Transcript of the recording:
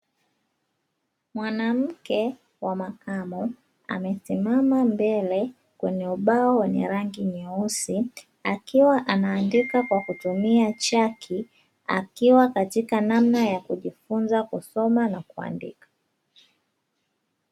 Mwanamke wa makamo amesimama mbele, kwenye ubao wenye rangi nyeusi, akiwa anaandika kwa kutumia chaki, akiwa katika namna ya kujifunza kusoma na kuandika.